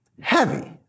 heavy